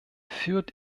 führt